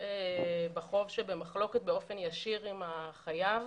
בחוב שבמחלוקת באופן ישיר עם החייב